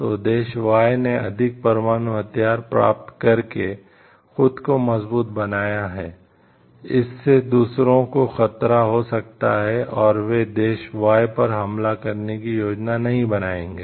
तो देश Y ने अधिक परमाणु हथियार प्राप्त करके खुद को मजबूत बनाया है इससे दूसरों को खतरा हो सकता है और वे देश Y पर हमला करने की योजना नहीं बनाएंगे